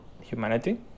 humanity